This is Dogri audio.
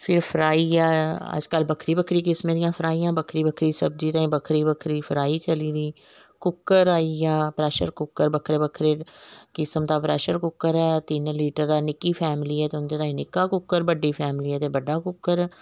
फिर फ्राई ऐ अज्ज कल बक्खरी बक्खरी किस्में दियां फ्राइयां बक्खरी बक्खरी सब्जी लेई बक्खरी बक्खरी फ्राई चली दी कुकर आइया प्रेशर कुकर बक्खरे बक्खरे किस्म दा प्रेशर कुकर ऐ तिन्न लीटर दा नि'क्की फैमली ऐ ते उं'दे ताहीं नि'क्का कुकर जेकर बड्डी फैमली ऐ ते बड्डा कुकर